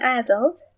adult